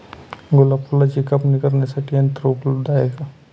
गुलाब फुलाची कापणी करण्यासाठी यंत्र उपलब्ध आहे का?